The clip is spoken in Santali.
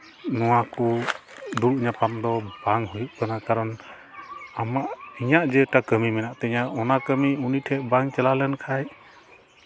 ᱱᱚᱣᱟ ᱠᱚ ᱫᱩᱲᱩᱵᱽ ᱧᱟᱯᱟᱢ ᱫᱚ ᱵᱟᱝ ᱦᱩᱭᱩᱜ ᱠᱟᱱᱟ ᱠᱟᱨᱚᱱ ᱟᱢᱟᱜ ᱤᱧᱟᱹᱜ ᱡᱮᱴᱟ ᱠᱟᱹᱢᱤ ᱢᱮᱱᱟᱜ ᱛᱤᱧᱟᱹ ᱚᱱᱟ ᱠᱟᱹᱢᱤ ᱩᱱᱤ ᱴᱷᱮᱱ ᱵᱟᱝ ᱪᱟᱞᱟᱣ ᱞᱮᱱ ᱠᱷᱟᱱ